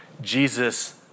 Jesus